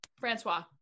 Francois